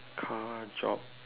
car job